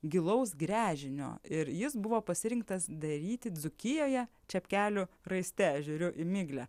gilaus gręžinio ir jis buvo pasirinktas daryti dzūkijoje čepkelių raiste žiūriu į miglę